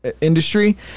Industry